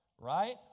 right